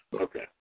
Okay